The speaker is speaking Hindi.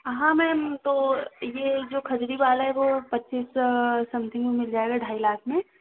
हाँ मैम तो ये जो खजवी वाला है वो पच्चीस समथिंग में मिल जाएगा ढ़ाई लाख में